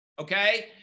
okay